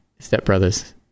stepbrothers